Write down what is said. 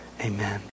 amen